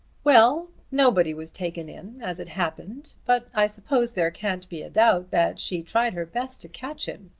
well nobody was taken in as it happened. but i suppose there can't be a doubt that she tried her best to catch him,